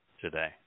today